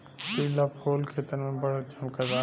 पिला फूल खेतन में बड़ झम्कता